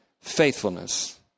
faithfulness